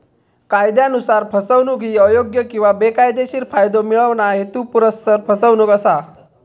कायदयानुसार, फसवणूक ही अयोग्य किंवा बेकायदेशीर फायदो मिळवणा, हेतुपुरस्सर फसवणूक असा